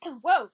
Whoa